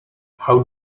how